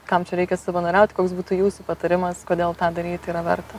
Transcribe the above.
kam čia reikia savanoriaut koks būtų jūsų patarimas kodėl tą daryt yra verta